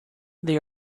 they